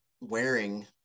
wearing